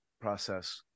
process